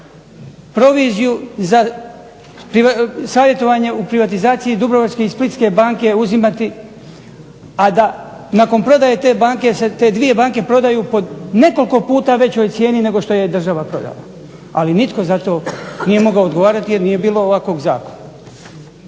proviziju za savjetovanje u privatizaciji Dubrovačke i Splitske banke uzimati, a da nakon prodaje te dvije banke prodaju po nekoliko puta većoj cijeni nego što ju je država prodala. Ali nitko za to nije mogao odgovarati jer nije bilo ovakvog zakona.